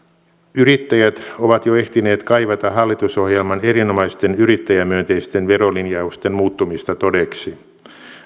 yrittäjät ovat jo ehtineet kaivata hallitusohjelman erinomaisten yrittäjämyönteisten verolinjausten muuttumista todeksi